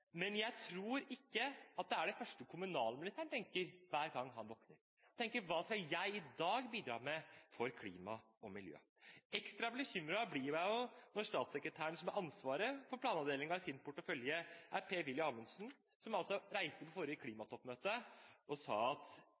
Men jeg tror ikke at dette er det første kommunalministeren tenker på hver gang hun våkner: Hva skal jeg i dag bidra med når det gjelder klima og miljø? Ekstra bekymret blir jeg når statssekretæren, som har ansvaret for planavdelingen i sin portefølje, er Per-Willy Amundsen, som reiste til det forrige klimatoppmøtet og sa at